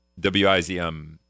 WIZM